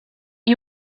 you